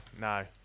no